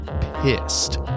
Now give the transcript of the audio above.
pissed